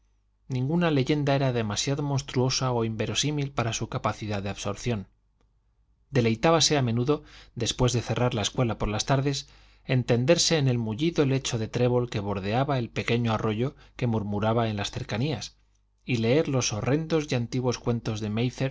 ninguna leyenda era demasiado monstruosa o inverosímil para su capacidad de absorción deleitábase a menudo después de cerrar la escuela por las tardes en tenderse en el mullido lecho de trébol que bordeaba el pequeño arroyo que murmuraba en las cercanías y leer los horrendos y antiguos cuentos de